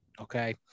Okay